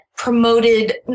promoted